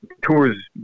tours